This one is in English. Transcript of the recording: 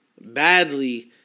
badly